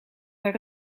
haar